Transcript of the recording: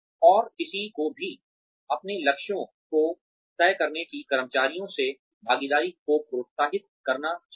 और किसी को भी अपने लक्ष्यों को तय करने में कर्मचारियों से भागीदारी को प्रोत्साहित करना चाहिए